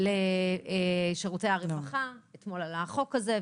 לולאות חנק שאמורות לתפוס מתמודדי נפש במצוקה.